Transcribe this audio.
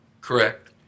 Correct